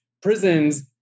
prisons